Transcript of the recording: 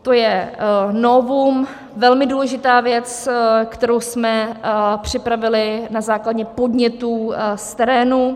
To je novum, velmi důležitá věc, kterou jsme připravili na základě podnětů z terénu.